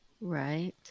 Right